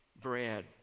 bread